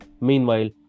Meanwhile